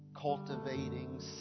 cultivating